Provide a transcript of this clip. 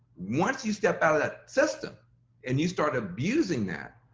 once you step out of that system and you start abusing that,